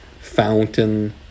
Fountain